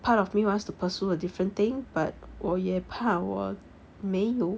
part of me wants to pursue a different thing but 我也怕我没有